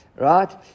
Right